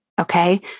okay